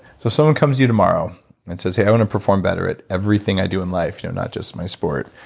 so someone comes to you tomorrow and says, hey, i want to perform better at everything i do in life, you know not just my sport.